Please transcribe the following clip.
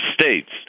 states